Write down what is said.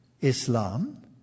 Islam